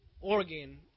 organ